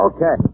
Okay